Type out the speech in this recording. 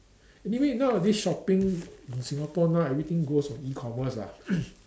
anyway nowadays shopping in Singapore now everything goes on E-commerce lah